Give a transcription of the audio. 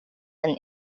and